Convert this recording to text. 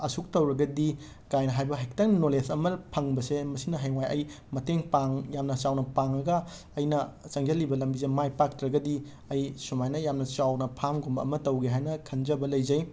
ꯑꯁꯨꯛ ꯇꯧꯔꯒꯗꯤ ꯀꯥꯏꯅ ꯍꯥꯏꯕ ꯍꯦꯛꯇꯪ ꯅꯂꯦꯁ ꯑꯃ ꯐꯪꯕꯁꯦ ꯃꯁꯤꯅ ꯍꯌꯦꯡꯋꯥꯏ ꯑꯩ ꯃꯇꯦꯡ ꯄꯥꯡ ꯌꯥꯝꯅ ꯆꯥꯎꯅ ꯄꯥꯡꯉꯒ ꯑꯩꯅ ꯆꯪꯁꯤꯜꯂꯤꯕ ꯂꯝꯕꯤꯁꯦ ꯃꯥꯏ ꯄꯥꯛꯇ꯭ꯔꯒꯗꯤ ꯑꯩ ꯁꯨꯃꯥꯏꯅ ꯌꯥꯝꯅ ꯆꯥꯎꯅ ꯐꯥꯝꯒꯨꯝꯕ ꯑꯃ ꯇꯧꯒꯦ ꯍꯥꯏꯅ ꯈꯟꯖꯕ ꯂꯩꯖꯩ